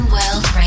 World